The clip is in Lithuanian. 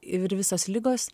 ir visos ligos